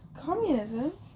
Communism